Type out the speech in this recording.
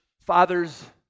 fathers